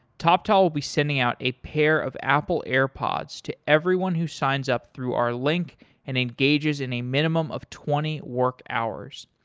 toptal will be sending out a pair of apple airpods to everyone who signs up through our link and engages in a minimum of twenty work hours.